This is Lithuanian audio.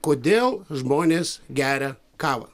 kodėl žmonės geria kavą